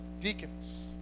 deacons